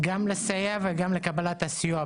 גם לסייע וגם לקבל סיוע.